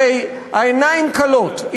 הרי העיניים כלות.